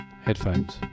Headphones